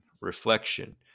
reflection